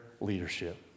leadership